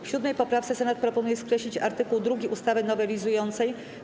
W 7. poprawce Senat proponuje skreślić art. 2 ustawy nowelizującej.